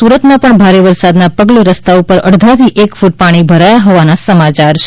સુરતમાં પણ ભારે વરસાદના પગલે રસ્તા ઉપર અડધાથી એક ફૂટ પાણી ભરાયા હોવાના સમાચાર છે